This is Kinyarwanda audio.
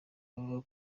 bavuga